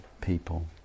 people